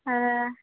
ଆ